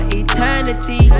eternity